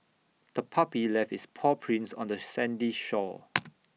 the puppy left its paw prints on the sandy shore